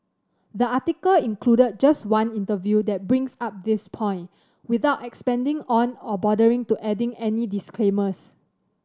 the article included just one interview that brings up this point without expanding on or bothering to adding any disclaimers